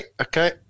okay